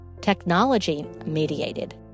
technology-mediated